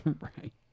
Right